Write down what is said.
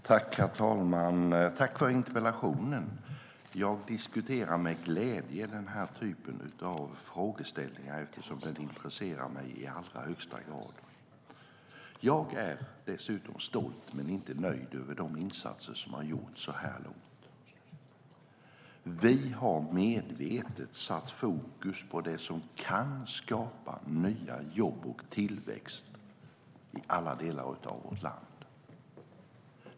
Herr talman! Jag tackar för interpellationen. Jag diskuterar med glädje den här typen av frågeställningar, eftersom de intresserar mig i allra högsta grad. Jag är dessutom stolt, men inte nöjd, över de insatser som gjorts så här långt. Vi har medvetet satt fokus på det som kan skapa nya jobb och tillväxt i alla delar av vårt land.